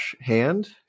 hand